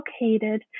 located